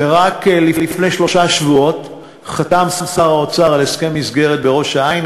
רק לפני שלושה שבועות חתם שר האוצר על הסכם מסגרת בראש-העין,